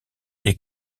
est